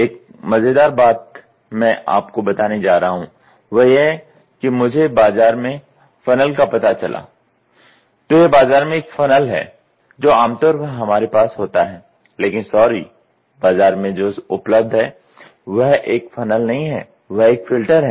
एक मजेदार बात मैं आपको बताने जा रहा हूँ वह यह है कि मुझे बाजार में फ़नल का पता चला तो यह बाजार में एक फ़नल है जो आमतौर पर हमारे पास होता है लेकिन सॉरी बाजार में जो उपलब्ध है वह एक फ़नल नहीं है वह एक फिल्टर है